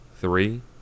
three